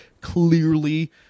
clearly